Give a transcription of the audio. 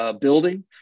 building